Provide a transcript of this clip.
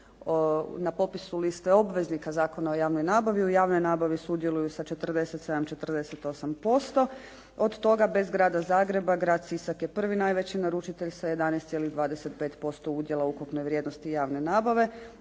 na popisu liste obveznika Zakona o javnoj nabavi u javnoj nabavi sudjeluju sa 47, 48%, od toga bez Grada Zagreba, Grad Sisak je prvi najveći naručitelj sa 11,25% udjela ukupne vrijednosti javne nabave,